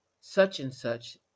such-and-such